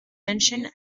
menschen